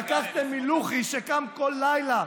לקחתם מלוחי,